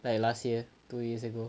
like last year two years ago